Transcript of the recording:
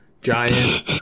giant